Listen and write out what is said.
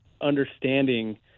understanding